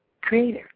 creator